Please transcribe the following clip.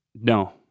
No